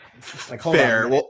Fair